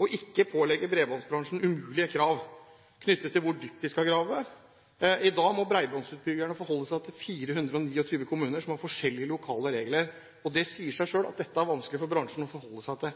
og ikke pålegge bredbåndsbransjen umulige krav knyttet til hvor dypt de skal grave. I dag må bredbåndsutbyggerne forholde seg til 429 kommuner som har forskjellige lokale regler. Det sier seg selv at dette er vanskelig for bransjen å forholde seg til.